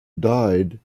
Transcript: died